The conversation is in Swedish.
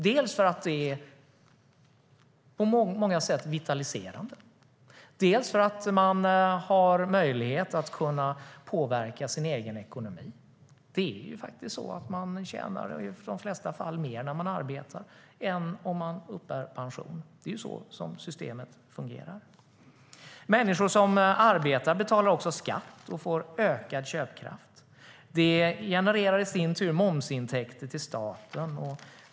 Det är på många sätt vitaliserande, och man har möjlighet att påverka sin egen ekonomi. Det är faktiskt så att man i de flesta fall tjänar mer om man arbetar än om man uppbär pension. Det är så systemet fungerar. Människor som arbetar betalar också skatt och får ökad köpkraft. Det genererar i sin tur momsintäkter till staten.